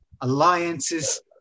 alliances